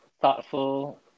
thoughtful